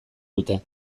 dute